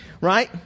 right